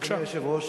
אדוני היושב-ראש,